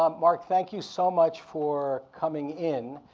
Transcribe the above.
um mark, thank you so much for coming in.